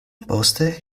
poste